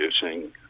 producing